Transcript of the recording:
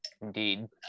Indeed